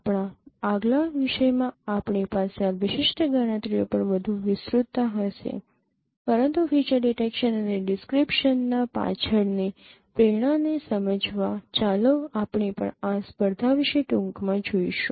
આપણા આગલા વિષયમાં આપણી પાસે આ વિશિષ્ટ ગણતરીઓ પર વધુ વિસ્તૃતતા હશે પરંતુ ફીચર ડિટેકશન અને ડિસ્ક્રિપ્શન ના પાછળની પ્રેરણાને સમજવા ચાલો આપણે પણ આ સ્પર્ધા વિશે ટૂંકમાં જોઈશું